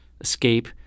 escape